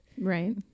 Right